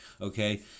Okay